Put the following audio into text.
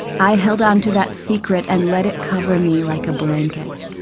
i held on to that secret and let it cover me like a blanket.